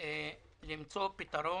למצוא פתרון,